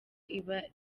iba